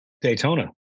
Daytona